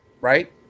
right